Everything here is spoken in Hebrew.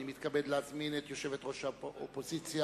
אני מתכבד להזמין את יושבת-ראש האופוזיציה,